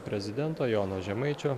prezidento jono žemaičio